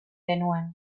genuen